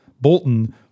Bolton